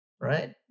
Right